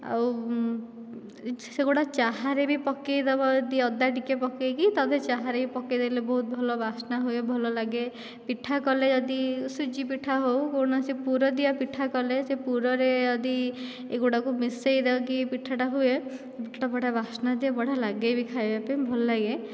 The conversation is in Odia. ଆଉ ସେଗୁଡ଼ା ଚାହାରେ ବି ପକାଇ ଦେବ ଟିକେ ଅଦା ଟିକେ ପକାଇକି ତାକୁ ଚାହାରେ ବି ପକାଇ ଦେଲେ ବହୁତ ଭଲ ବାସ୍ନାହୁଏ ଭଲ ଲାଗେ ପିଠା କଲେ ଯଦି ସୁଜି ପିଠା ହେଉ କୌଣସି ପୂର ଦିଆ ପିଠା କଲେ ପୂରରେ ଯଦି ଏଗୁଡ଼ାକୁ ମିଶାଇ ଦେଇକି ପିଠାଟା ହୁଏ ପିଠାଟା ବଢ଼ିଆ ବାସ୍ନା ଦିଏ ବଢ଼ିଆ ଲାଗେ ଖାଇବା ପାଇଁ ଭଲ ଲାଗେ